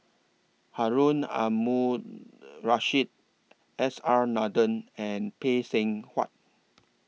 Harun Aminurrashid S R Nathan and Phay Seng Whatt